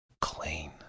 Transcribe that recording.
clean